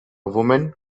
woman